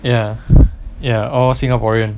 ya ya all singaporean